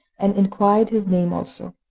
and inquired his name also.